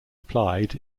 applied